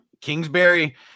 Kingsbury